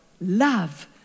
love